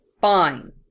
Fine